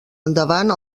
endavant